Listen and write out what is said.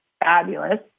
fabulous